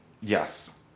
Yes